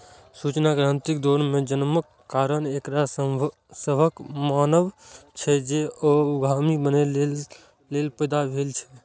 सूचना क्रांतिक दौर मे जन्मक कारण एकरा सभक मानब छै, जे ओ उद्यमी बनैए लेल पैदा भेल छै